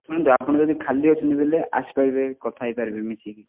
ଶୁଣନ୍ତୁ ଆପଣ ଯଦି ଖାଲି ଅଛନ୍ତି ବେଲେ ଆସି ପାରିବେ କଥା ହେଇପାରିବେ ମିଶିକି